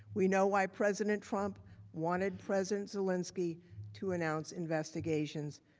we know why president trump wanted president zelensky to announce investigations.